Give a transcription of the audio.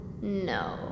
No